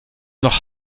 noch